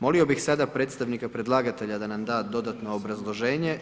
Molio bih sada predstavnike predlagatelja da nam da dodatno obrazloženje.